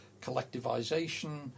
collectivisation